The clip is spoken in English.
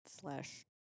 Slash